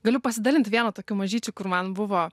galiu pasidalinti vienu tokiu mažyčiu kur man buvo